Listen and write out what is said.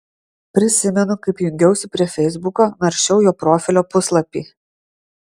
prisimenu kaip jungiausi prie feisbuko naršiau jo profilio puslapį